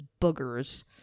boogers